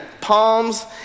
palms